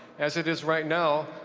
as it is right now,